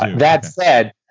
like that said,